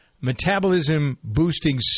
metabolism-boosting